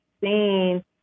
seen